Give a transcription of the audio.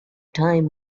time